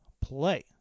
play